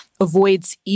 avoids